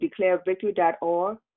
declarevictory.org